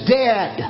dead